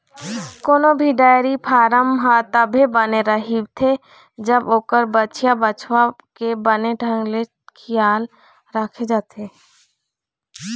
कोनो भी dairy farm ह तभे बने रहिथे जब ओखर बछिया, बछवा के बने ढंग ले खियाल राखे जाथे